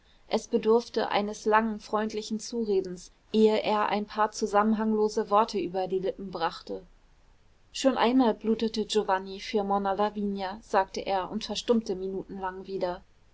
es bedurfte eines langen freundlichen zuredens ehe er ein paar zusammenhanglose worte über die lippen brachte schon einmal blutete giovanni für monna lavinia sagte er und verstummte minutenlang wieder